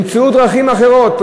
הם ימצאו דרכים אחרות,